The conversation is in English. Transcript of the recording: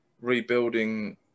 rebuilding